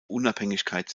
unabhängigkeit